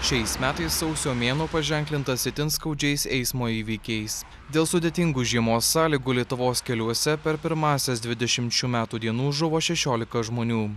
šiais metais sausio mėnuo paženklintas itin skaudžiais eismo įvykiais dėl sudėtingų žiemos sąlygų lietuvos keliuose per pirmąsias dvidešimt šių metų dienų žuvo šešiolika žmonių